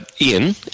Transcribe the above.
Ian